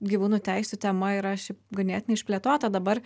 gyvūnų teisių tema yra šiaip ganėtinai išplėtota dabar